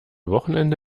wochenende